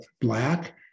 Black